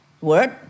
word